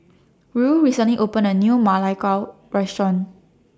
Ruel recently opened A New Ma Lai Gao Restaurant